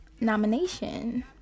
Nomination